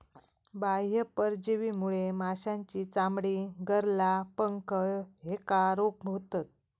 बाह्य परजीवीमुळे माशांची चामडी, गरला, पंख ह्येका रोग होतत